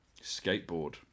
Skateboard